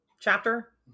chapter